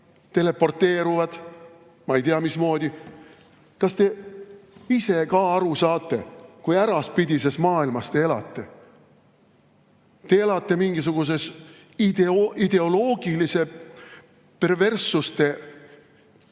teleporteeruvad, ma ei tea, mismoodi. Kas te ise ka aru saate, kui äraspidises maailmas te elate? Te elate mingisuguses ideoloogiliste perverssuste Eesti